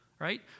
Right